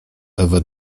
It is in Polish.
ewę